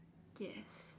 yes